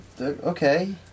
okay